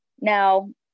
Now